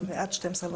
עוד מעט 12:30,